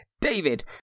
David